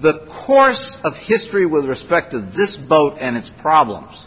the course of history with respect to this boat and its problems